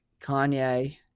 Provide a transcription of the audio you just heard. Kanye